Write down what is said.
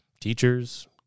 teachers